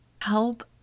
help